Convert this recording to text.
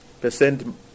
percent